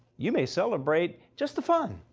you may celebrate just the fun,